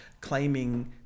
claiming